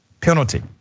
penalty